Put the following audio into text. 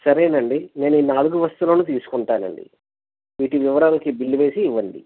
సరేనండి నేను ఈ నాలుగు వస్తువులను తీసుకుంటానండి వీటి వివరాలకి బిల్లు వేసి ఇవ్వండి